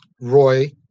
Roy